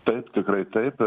taip tikrai taip